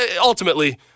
ultimately